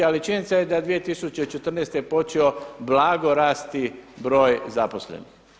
Ali činjenica je da je 2014. počeo blago rasti broj zaposlenih.